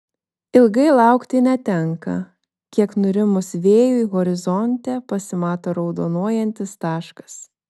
ilgai laukti netenka kiek nurimus vėjui horizonte pasimato raudonuojantis taškas